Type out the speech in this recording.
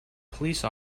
police